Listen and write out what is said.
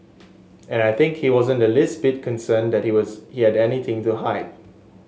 and I think he wasn't the least bit concerned that he was he had anything to hide